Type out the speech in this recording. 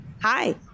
Hi